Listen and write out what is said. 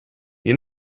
you